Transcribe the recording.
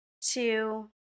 two